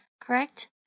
correct